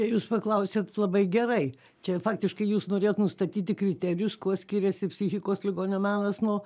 jūs paklausėt labai gerai čia faktiškai jūs norėjot nustatyti kriterijus kuo skiriasi psichikos ligonio menas nuo